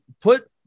put